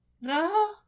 No